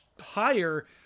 higher